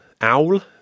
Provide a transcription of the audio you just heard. Owl